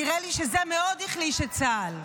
נראה לי שזה מאוד החליש את צה"ל.